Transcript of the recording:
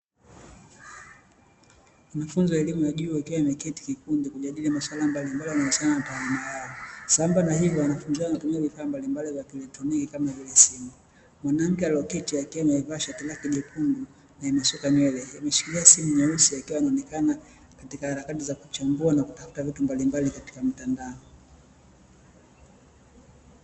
Wanafunzi wa elimu ya juu wakiwa wameketi kikundi kujadili masuala mbalimbali yanayohusiana na taaluma yao. Sambamba na hivyo, wanafunzi hao wanatumia vifaa mbalimbali vya kieletroniki kama vile simu. Mwanamke aliyeketi akiwa amevaa shati lake jekundu na amesuka nywele, ameshikilia simu nyeusi akiwa anaonekana katika harakati za kuchambua na kutafuta vitu mbalimbali katika mtandano.